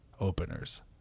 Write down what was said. openers